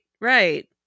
right